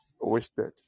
Wasted